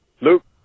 Luke